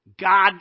God